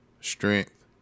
strength